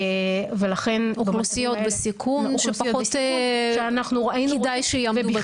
אוכלוסיות בסיכון שפחות כדאי שיעמדו בתור.